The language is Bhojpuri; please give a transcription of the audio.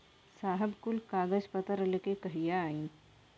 साहब कुल कागज पतर लेके कहिया आई?